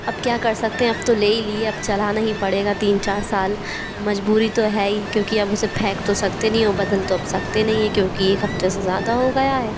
अब क्या कर सकते हें अब तो लेई ली है अब चलाना ही पड़ेगा तीन चार साल मजबूरी तो है ही क्योंकि अब उसे फेंक तो सकते नहीं और बदल तो अब सकते नहीं क्योंकि एक हफ़्ते से ज़्यादा हो गया है